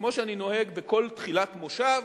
כמו שאני נוהג בכל תחילת מושב